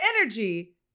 energy